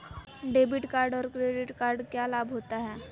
Debit card और credit card क्या लाभ होता है?